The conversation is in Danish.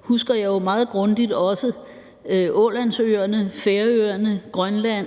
husker jeg jo meget grundigt også Ålandsøerne, Færøerne, Grønland